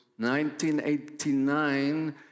1989